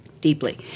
deeply